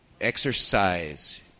exercise